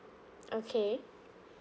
okay